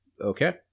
Okay